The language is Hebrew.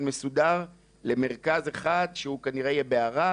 מסודר למרכז אחד שהוא כנראה יהיה בערד,